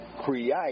create